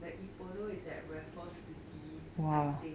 the Ippudo is at raffles city I think